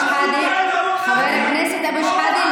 חבר הכנסת אבו שחאדה,